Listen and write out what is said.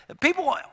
people